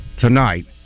tonight